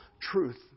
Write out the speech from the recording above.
truth